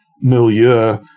milieu